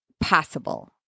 possible